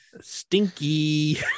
Stinky